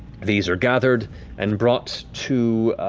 these are gathered and brought to,